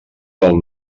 del